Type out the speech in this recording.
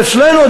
ואצלנו,